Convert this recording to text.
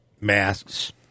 masks